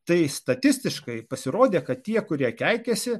tai statistiškai pasirodė kad tie kurie keikėsi